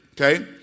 Okay